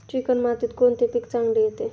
Chicken मातीत कोणते पीक चांगले येते?